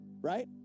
Right